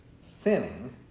sinning